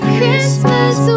Christmas